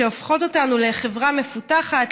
והופכות אותנו לחברה מפותחת,